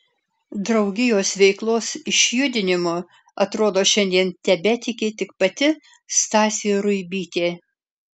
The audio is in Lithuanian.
draugijos veiklos išjudinimu atrodo šiandien tebetiki tik pati stasė ruibytė